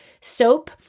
soap